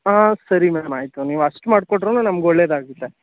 ಹಾಂ ಸರಿ ಮೇಡಮ್ ಆಯಿತು ನೀವು ಅಷ್ಟು ಮಾಡ್ಕೊಟ್ರೂ ನಮ್ಗೆ ಒಳ್ಳೆದಾಗುತ್ತೆ